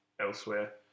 elsewhere